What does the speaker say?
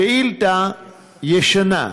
השאילתה ישנה.